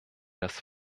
das